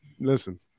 Listen